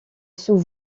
sous